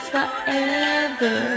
forever